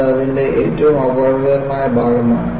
അത് അതിന്റെ ഏറ്റവും അപകടകരമായ ഭാഗമാണ്